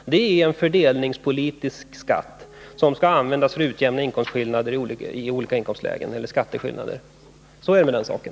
Det är alltså en fördelningspolitisk skatt, som skall användas för att åstadkomma en utjämning. Så är det med den saken.